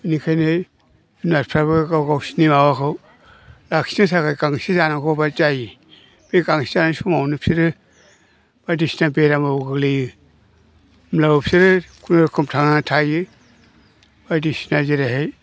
इनिखायनो जुनारफ्राबो गाव गावसोरनि माबाखौ लाखिनो थाखाय गांसो जानांगौ जायो बे गांसो जानाय समावनो बिसोरो बायदिसिना बेरामाव गोग्लैयो होमब्लाबो बिसोरो खुनुरुखुम थांनानै थायो बायदिसिना जेरैहाय